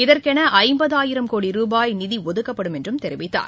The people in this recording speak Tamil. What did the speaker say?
இதற்கெள ஐம்பதாயிரம் கோடி ரூபாய் நிதி ஒதுக்கப்படும் என்றும் தெரிவித்தார்